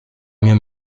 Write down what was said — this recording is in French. mieux